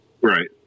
Right